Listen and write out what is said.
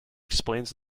explains